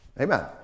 Amen